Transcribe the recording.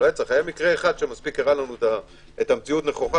היה מקרה אחד שהראה לנו את המציאות נכוחה